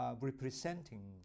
representing